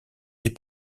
des